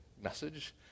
message